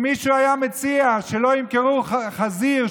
אם מישהו היה מציע שלא ימכרו חזיר,